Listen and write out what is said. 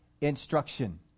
instruction